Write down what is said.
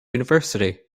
university